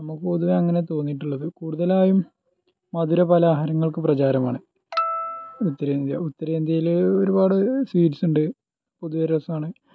നമുക്ക് പൊതുവേ അങ്ങനെ തോന്നിയിട്ടുള്ളത് കൂടുതലായും മധുര പലഹാരങ്ങൾക്ക് പ്രചാരമാണ് ഉത്തരേന്ത്യ ഉത്തരേന്ത്യയിൽ ഒരുപാട് സ്വീറ്റ്സ്ണ്ട് പൊതുവെ രസമാണ്